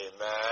Amen